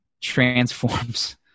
transforms